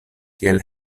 kiel